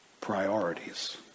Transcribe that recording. priorities